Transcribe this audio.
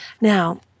Now